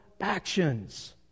actions